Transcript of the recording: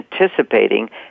anticipating